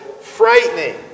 frightening